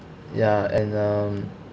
ya and um